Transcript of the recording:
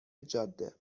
جاده